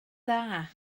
dda